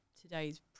today's